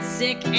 sick